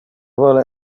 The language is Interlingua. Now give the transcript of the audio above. vole